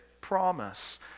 promise